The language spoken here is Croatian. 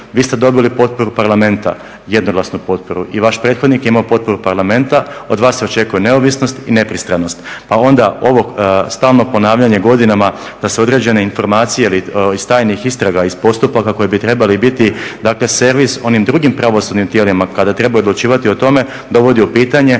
Vi ste dobili potporu Parlamenta, jednoglasnu potporu, i vaš prethodnik je imao potporu Parlamenta, od vas se očekuje neovisnost i nepristranost. Pa onda ovo stalno ponavljanje godinama da se određene informacije iz tajnih istraga iz postupaka koji bi trebali biti dakle servis onim drugim pravosudnim tijelima, kada trebaju odlučivati o tome dovodi u pitanje